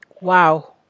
Wow